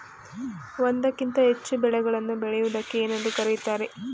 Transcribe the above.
ಒಂದಕ್ಕಿಂತ ಹೆಚ್ಚು ಬೆಳೆಗಳನ್ನು ಬೆಳೆಯುವುದಕ್ಕೆ ಏನೆಂದು ಕರೆಯುತ್ತಾರೆ?